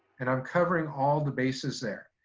and i'm covering all the bases there.